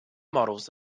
models